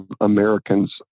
Americans